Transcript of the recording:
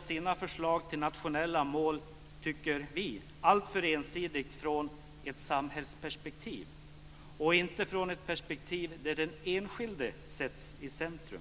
sina förslag till nationella mål utgår regeringen, tycker vi, alltför ensidigt från ett samhällsperspektiv, inte från ett perspektiv där den enskilde sätts i centrum.